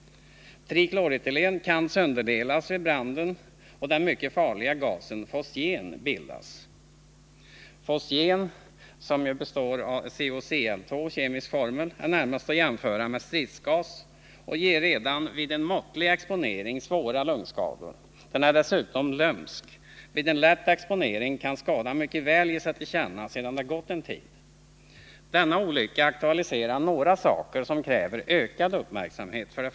Trikloretylen kan sönderdelas vid brand, och den mycket farliga gasen fosgen bildas. Fosgen är närmast att jämföra med stridsgas och ger redan vid en måttlig exponering svåra lungskador. Den är dessutom lömsk. Vid en lätt exponering kan skadan mycket väl ge sig till känna först sedan det gått en tid. Denna olycka aktualiserar några saker som kräver ökad uppmärksamhet.